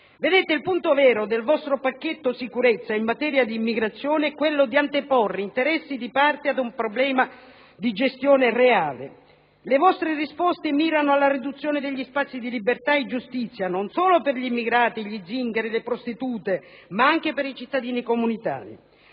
Il punto vero del vostro pacchetto sicurezza in materia di immigrazione è quello di anteporre interessi di parte ad un problema di gestione reale. Le vostre risposte mirano alla riduzione degli spazi di libertà e giustizia non solo per gli immigrati, gli zingari e le prostitute, ma anche per i cittadini comunitari.